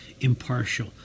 impartial